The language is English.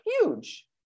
huge